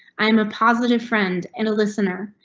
i am a positive friend and a listener.